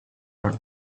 run